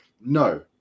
no